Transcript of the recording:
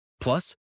Plus